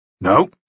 No